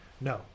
no